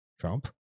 Trump